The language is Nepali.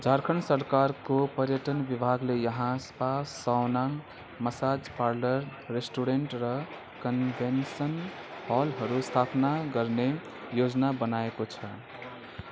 झारखण्ड सरकारको पर्यटन विभागले यहाँ spa sauna massage parlour restaurant र कन्भेन्सन हलहरू स्थापना गर्ने योजना बनाएको छ